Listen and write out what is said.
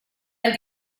del